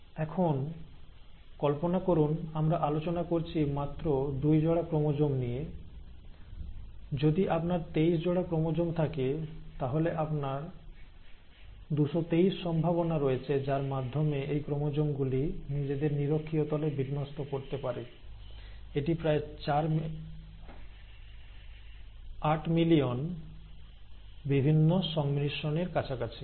এখন কল্পনা করুন আমরা আলোচনা করছি মাত্র দুই জোড়া ক্রোমোজোম নিয়ে যদি আপনার 23 জোড়া ক্রোমোজোম থাকে তাহলে আপনার 223 সম্ভাবনা রয়েছে যার মাধ্যমে এই ক্রোমোজোম গুলি নিজেদের নিরক্ষীয় তলে বিন্যস্ত করতে পারে এটি প্রায় 8 মিলিয়ন বিভিন্ন সংমিশ্রনের কাছাকাছি